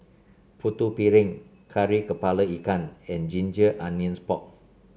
Putu Piring Kari kepala Ikan and Ginger Onions Pork